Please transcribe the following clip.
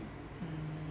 mm